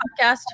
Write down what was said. podcast